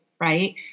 right